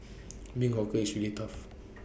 being hawker is really tough